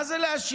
מה זה להשיב?